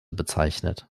bezeichnet